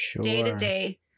day-to-day